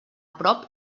prop